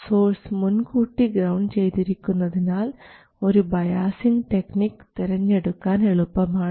source മുൻകൂട്ടി ground ചെയ്തിരിക്കുന്നതിനാൽ ഒരു ബയാസിംഗ് ടെക്നിക് തെരഞ്ഞെടുക്കാൻ എളുപ്പമാണ്